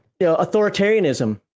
authoritarianism